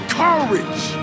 courage